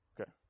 Okay